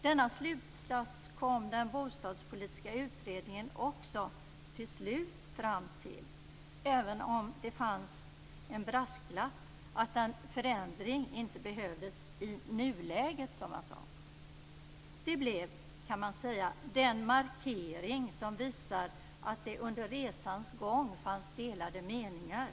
Denna slutsats kom den bostadspolitiska utredningen också till slut fram till, även om det fanns en brasklapp - att en förändring inte behövdes i nuläget, som man sade. Det blev, kan man säga, den markering som visar att det "under resans gång" fanns delade meningar.